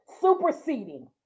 superseding